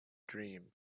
dream